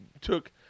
took